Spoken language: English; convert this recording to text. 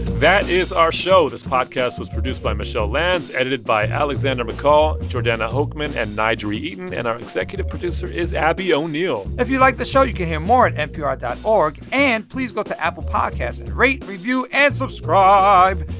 that is our show. this podcast was produced by michelle lanz, edited by alexander mccall, jordana hochman and n'jeri eaton. and our executive producer is abby o'neill if you like the show, you can hear more at npr dot org, and please go to apple podcasts to rate, review and subscribe.